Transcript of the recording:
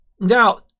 Now